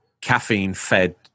Caffeine-fed